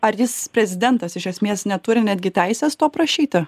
ar jis prezidentas iš esmės neturi netgi teisės to prašyti